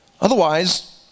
Otherwise